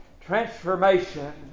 transformation